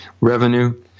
revenue